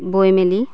বৈ মেলি